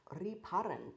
reparent